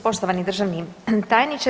Poštovani državni tajniče.